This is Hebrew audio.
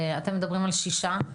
אתם מדברים על שישה,